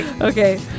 Okay